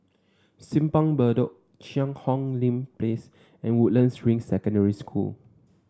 Simpang Bedok Cheang Hong Lim Place and Woodlands Ring Secondary School